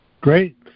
Great